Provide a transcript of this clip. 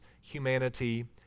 humanity